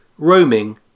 Roaming